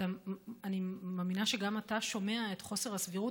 אבל אני מאמינה שגם אתה שומע את חוסר הסבירות